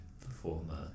performer